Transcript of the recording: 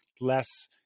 Less